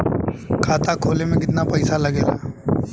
खाता खोले में कितना पैसा लगेला?